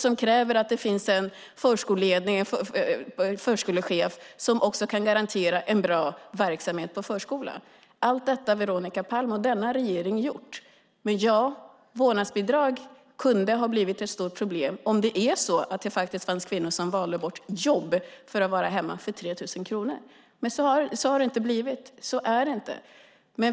De kräver också en förskolechef som kan garantera en bra verksamhet på förskolan. Allt detta, Veronica Palm, har denna regering gjort. Ja, vårdnadsbidrag kunde ha blivit ett stort problem om det var så att det faktiskt fanns kvinnor som valde bort jobb för att vara hemma för 3 000 kronor, men så har det inte blivit. Så är det inte.